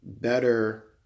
better